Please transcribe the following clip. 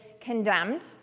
condemned